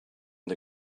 the